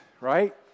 right